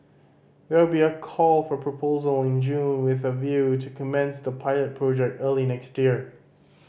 there will be a call for proposal in June with a view to commence the pilot project early next year